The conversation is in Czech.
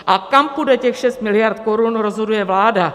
A kam půjde těch 6 miliard korun, rozhoduje vláda.